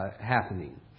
happening